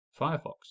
Firefox